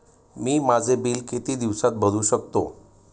मी माझे बिल किती दिवसांत भरू शकतो?